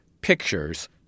pictures